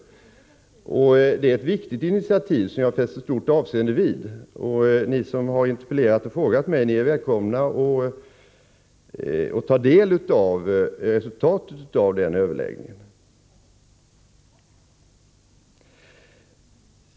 Det är ett viktigt initiativ som jag fäster stort avseende vid. Ni som har interpellerat och frågat mig är välkomna att ta del av resultatet av denna överläggning.